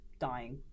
dying